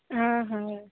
ಹಾಂ ಹಾಂಗೆ